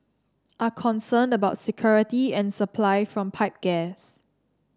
are concerned about security and supply from pipe gas